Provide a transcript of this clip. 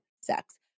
sex